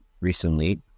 recently